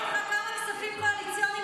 אתה רוצה לדבר על כספים קואליציוניים?